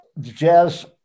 jazz